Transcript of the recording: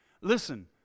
listen